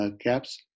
caps